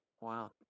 wow